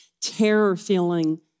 terror-feeling